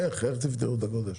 איך תפתרו את הגודש?